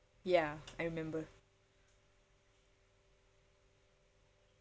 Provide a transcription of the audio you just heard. ya I remember